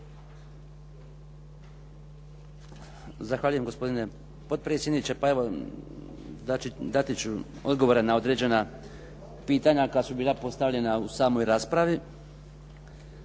Zahvaljujem. Gospodine potpredsjedniče. Evo, dati ću odgovore na određena pitanja koja su bila postavljena u samoj raspravi.